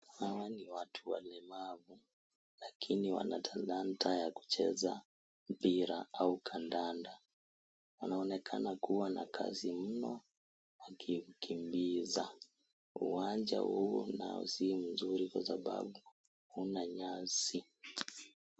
Hawa ni watu walemavu lakini wana talanta ya kucheza mpira au kandanda, wanaonekana kuwa na kazi mno wakiukimbiza, uwanja huu nao si mzuri kwasababu huna nyasi.